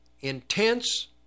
intense